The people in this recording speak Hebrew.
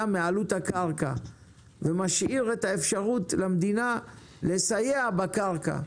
מעלות הקרקע ומשאיר את האפשרות למדינה לסייע בקרקע.